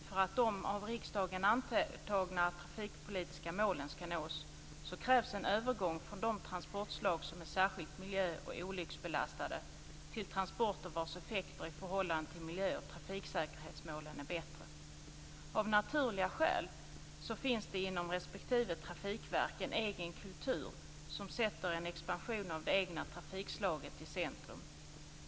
För att de av riksdagen antagna trafikpolitiska målen ska nås krävs en övergång från de transportslag som är särskilt miljö och olycksbelastade till transporter vars effekter är bättre i förhållande till miljö och trafiksäkerhetsmålen. Av naturliga skäl finns det inom respektive trafikverk en egen kultur som sätter en expansion av det egna trafikslaget i centrum.